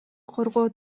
коргоо